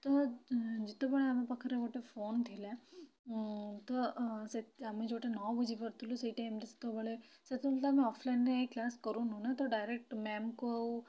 ତ ଯେତେବେଳେ ଆମ ପାଖରେ ଗୋଟେ ଫୋନ୍ ଥିଲା ତ ସେ ଆମେ ଯୋଉଟା ନ ବୁଝି ପାରୁଥିଲୁ ସେଇ ଟାଇମ୍ ରେ ସେତେବେଳେ ସେତେବେଳେ ତ ଆମେ ଅଫଲାଇନ୍ ରେ ଏ କ୍ଲାସ୍ କରୁନୁ ନା ତ ଡାଇରେକ୍ଟ ମ୍ୟାମ୍ କୁ ଆଉ